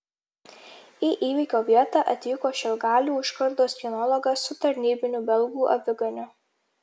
į įvykio vietą atvyko šilgalių užkardos kinologas su tarnybiniu belgų aviganiu